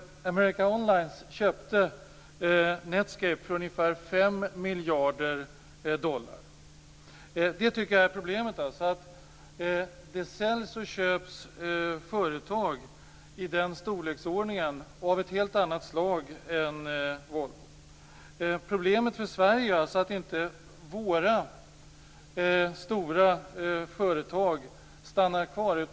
America Online köpte Netscape för ungefär 5 miljarder dollar. Det tycker jag är problemet. Det säljs och köps företag i den storleksordningen av ett helt annat slag än Volvo. Problemet för Sverige gäller inte huruvida våra stora företag stannar kvar.